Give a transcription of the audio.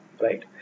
right